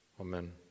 Amen